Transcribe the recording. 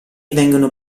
vengono